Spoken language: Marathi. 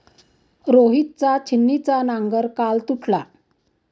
रोहितचा छिन्नीचा नांगर काल तुटला